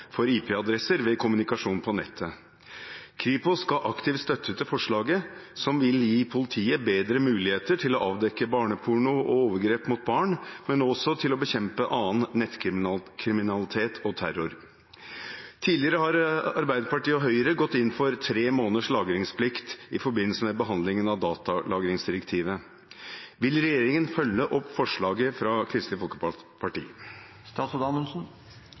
for IP-adresser ved kommunikasjon på nettet. Kripos gav aktiv støtte til forslaget, som vil gi politiet bedre muligheter til å avdekke barneporno og overgrep mot barn, men også til å bekjempe annen nettkriminalitet og terror. Tidligere har Arbeiderpartiet og Høyre gått inn for 3 måneders lagringsplikt i forbindelse med behandlingen av datalagringsdirektivet. Vil regjeringen følge opp forslaget